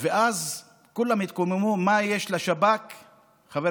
ואז כולם התקוממו: מה יש לשב"כ,